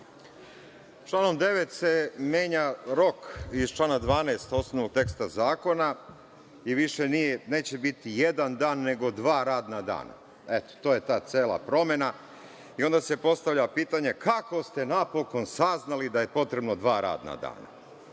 Članom 9. se menja rok iz člana 12. osnovnog teksta zakona i više neće biti jedan dan, nego dva radna dana. Eto, to je ta cela promena. Onda se postavlja pitanje – kako ste napokon saznali da je potrebno dva radna dana?